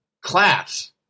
class